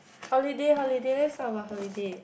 holiday holiday let's talk about holiday